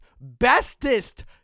bestest